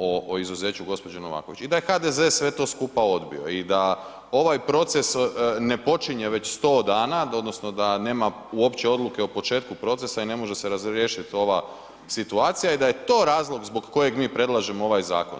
o izuzeću gospođe Novaković i da je HDZ sve to skupa odbio i da ovaj proces ne počinje već 100 dana, odnosno da nema uopće odluke o početku procesa i ne može se razriješiti ova situacija i da je to razlog zbog kojeg mi predlažemo ovaj zakon.